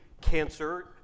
cancer